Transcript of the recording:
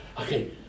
okay